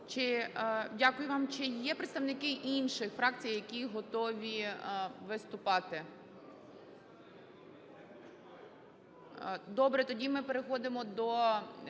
Дякую вам. Чи є представники інших фракцій, які готові виступати? Добре. Тоді ми переходимо до